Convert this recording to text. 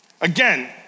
Again